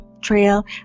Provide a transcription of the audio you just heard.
Trail